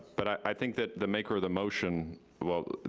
but i think that the maker of the motion will